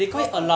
八百